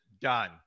done